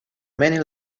many